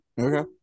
Okay